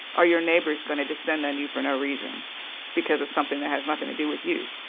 are your neighbors going to descend on you for no reason because of something that has nothing to do with you?